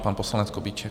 Pan poslanec Kubíček.